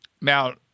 Now